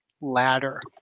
ladder